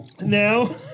Now